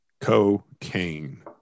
Cocaine